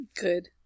Good